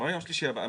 מה יום שלישי הבא?